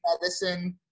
medicine